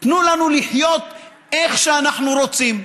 תנו לנו לחיות איך שאנחנו רוצים.